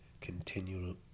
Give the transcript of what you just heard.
continue